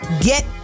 get